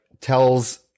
tells